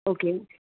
okay